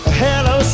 hello